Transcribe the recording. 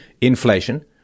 inflation